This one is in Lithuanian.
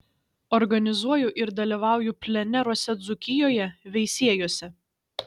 organizuoju ir dalyvauju pleneruose dzūkijoje veisiejuose